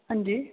हां जी